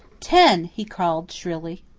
ten, he called shrilly.